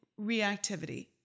reactivity